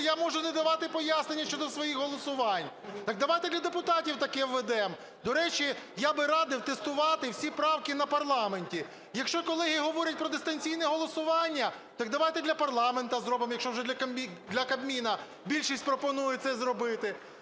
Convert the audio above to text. я можу не давати пояснення щодо своїх голосувань. Так давайте для депутатів таке введемо. До речі, я би радив тестувати всі правки на парламенті. Якщо колеги говорять про дистанційне голосування, так давайте для парламенту зробимо, якщо вже для Кабміну більшість пропонує це зробити.